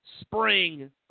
spring